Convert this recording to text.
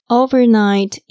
overnight